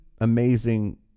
amazing